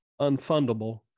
unfundable